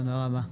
תודה רבה.